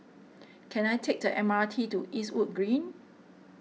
can I take the M R T to Eastwood Green